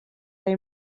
they